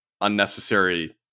unnecessary